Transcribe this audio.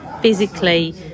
physically